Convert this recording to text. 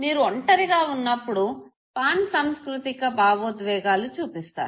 మీరు ఒంటరిగా వున్నప్పుడు పాన్ సాంస్కృతిక భవోద్వేగాలు చూపిస్తారు